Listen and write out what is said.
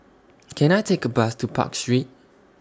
Can I Take A Bus to Park Street